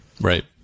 Right